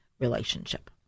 relationship